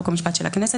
חוק ומשפט של הכנסת,